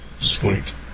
Sweet